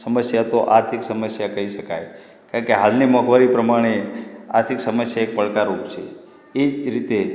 સમસ્યા તો આર્થિક સમસ્યા કહી શકાય કારણ કે હાલની મોંઘવારી પ્રમાણે આર્થિક સમસ્યા એ પડકારરુપ છે એ જ રીતે